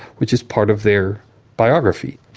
which is part of their biography.